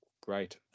great